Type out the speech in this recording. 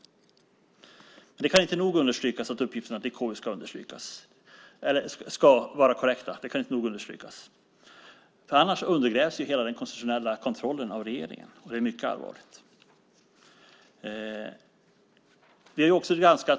Det kan inte nog understrykas att uppgifterna till KU ska vara korrekta. Annars undergrävs hela den konstitutionella kontrollen av regeringen. Det är mycket allvarligt.